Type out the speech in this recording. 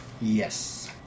Yes